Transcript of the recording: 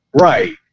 Right